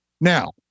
Now